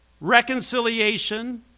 reconciliation